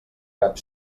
cap